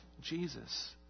Jesus